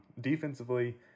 defensively